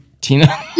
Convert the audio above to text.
tina